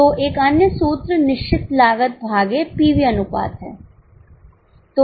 तो एक अन्य सूत्र निश्चित लागत भागे पीवी अनुपात है